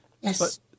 Yes